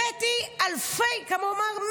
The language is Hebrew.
הבאתי אלפים, כמה הוא אמר?